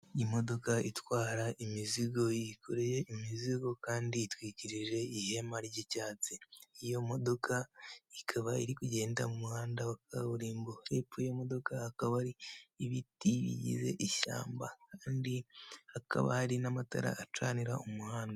Imodokadoka itwara imizigo yikoreye imizigo kandi itwikirije ihema ry'icyatsi, iyo modoka ikaba iri kugenda mu muhanda wa kaburimbo, hepfo y'imodoka hakaba hari ibiti bigize ishyamba, kandi hakaba hari n'amatara acanira umuhanda.